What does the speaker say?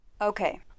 Okay